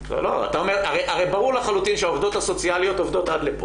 הרי ברור לחלוטין שהעובדות הסוציאליות עובדות לפה.